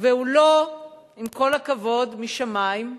והוא לא, עם כל הכבוד, משמים.